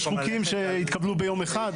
יש חוקים שהתקבלו ביום אחד.